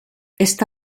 está